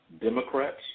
Democrats